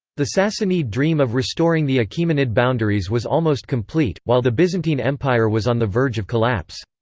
the sassanid dream of restoring the achaemenid boundaries was almost complete, while the byzantine empire was on the verge of collapse.